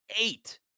eight